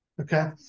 Okay